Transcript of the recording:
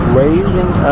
raising